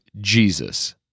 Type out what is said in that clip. Jesus